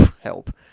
help